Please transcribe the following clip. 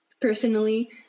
Personally